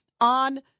on